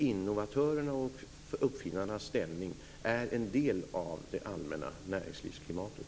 Innovatörernas och uppfinnarnas ställning är en del av det allmänna näringslivsklimatet.